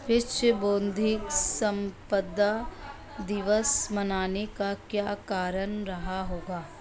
विश्व बौद्धिक संपदा दिवस मनाने का क्या कारण रहा होगा?